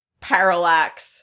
Parallax